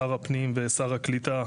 שר הפנים ושר הקליטה,